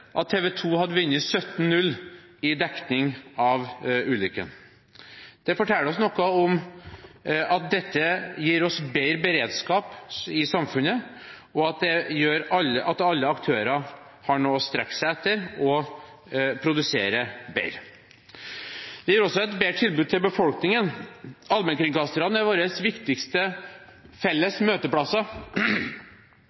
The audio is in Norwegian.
at TV 2 hadde vunnet 17–0 i dekning av ulykken. Det forteller oss noe om at dette gir oss bedre beredskap i samfunnet, og at alle aktører har noe å strekke seg etter, og produserer bedre. Det gir også et bedre tilbud til befolkningen. Allmennkringkasterne er våre viktigste felles